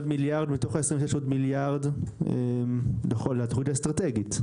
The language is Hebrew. בתוך ה-26 מיליארד ₪ יש עוד מיליארד לתכנית האסטרטגית,